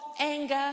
anger